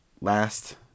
last